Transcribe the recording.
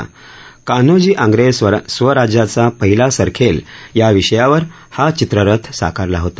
कान्होजी आंग्रे स्वराज्याचा पहिला सरखेल या विषयावर हा चित्ररथ साकारला होता